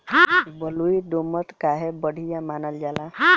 बलुई दोमट काहे बढ़िया मानल जाला?